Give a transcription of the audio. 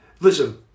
Listen